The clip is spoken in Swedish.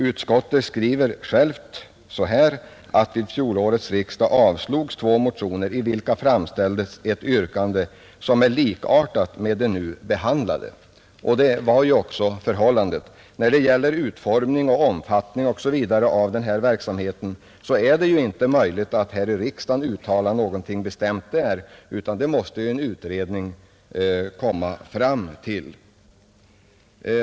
Utskottet skriver självt: ”Vid förra årets riksdag avslogs två motioner, i vilka framställdes ett yrkande som är likartat med det nu behandlade.” Så var också förhållandet. När det gäller utformning och omfattning av denna verksamhet är det inte möjligt att här i riksdagen uttala någonting bestämt, utan det måste en utredning komma fram till.